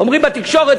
אומרים בתקשורת,